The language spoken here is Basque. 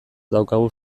daukagu